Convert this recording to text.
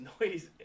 noise